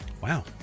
Wow